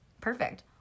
Perfect